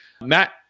Matt